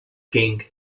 ging